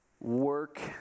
work